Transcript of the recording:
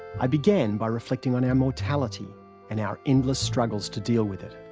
i began by reflecting on our mortality and our endless struggles to deal with it.